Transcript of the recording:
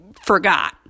forgot